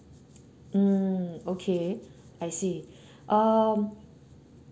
mm okay I see um